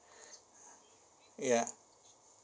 ya